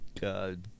God